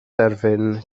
derfyn